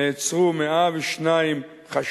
נעצרו 102 חשודים